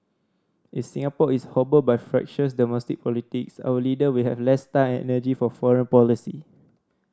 is Singapore is hobbled by fractious domestic politics our leader will have less time and energy for foreign policy